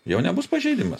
jau nebus pažeidimas